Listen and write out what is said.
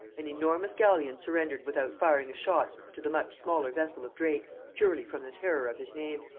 an enormous galleon surrendered without firing a shot to the much smaller vessel of drake, purely from the terror of his name.